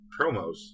promos